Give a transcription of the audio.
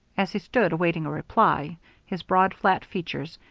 as he stood awaiting a reply his broad, flat features,